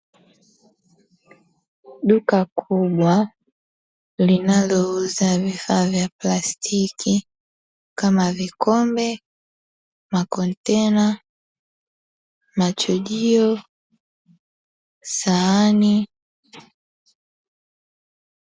duka kubwa linalouza vifaa vya plastiki Kama vikombe, makontena, machujio, sahani.